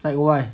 like why